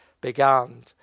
began